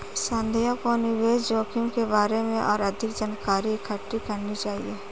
संध्या को निवेश जोखिम के बारे में और अधिक जानकारी इकट्ठी करनी चाहिए